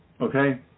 okay